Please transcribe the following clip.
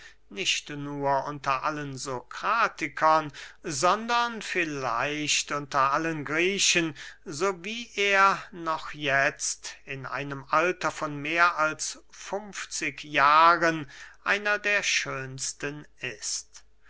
nicht nur unter allen sokratikern sondern vielleicht unter allen griechen so wie er noch jetzt in einem alter von mehr als funfzig jahren einer der schönsten ist